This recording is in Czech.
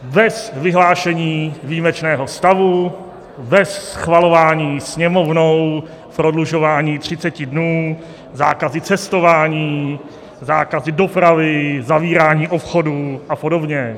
Bez vyhlášení výjimečného stavu, bez schvalování Sněmovnou, prodlužování 30 dnů, zákazy cestování, zákazy dopravy, zavírání obchodů apod.